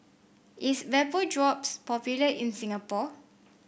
is Vapodrops popular in Singapore